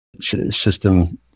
system